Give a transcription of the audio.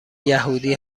یهودی